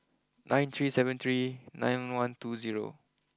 nine three seven three nine one two zero